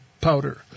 powder